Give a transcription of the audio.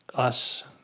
us